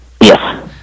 Yes